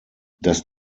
das